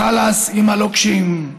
חלאס עם הלוקשים.